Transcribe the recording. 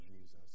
Jesus